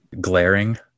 glaring